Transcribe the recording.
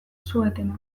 suetena